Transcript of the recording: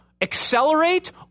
accelerate